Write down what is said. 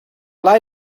lie